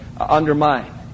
undermine